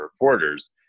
reporters